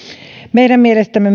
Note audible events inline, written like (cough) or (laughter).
meidän mielestämme (unintelligible)